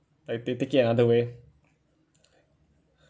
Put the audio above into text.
like they take it another way